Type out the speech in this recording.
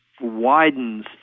widens